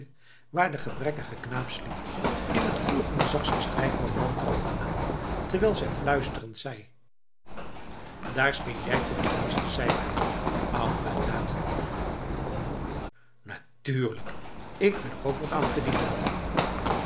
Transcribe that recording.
waar de gebrekkige knaap sliep in het volgende zag zij strijkman wantrouwend aan terwijl zij fluisterend zei daar spin jij toch het meeste zij bij ouwe duitendief natuurlijk ik wil er ook wat aan verdienen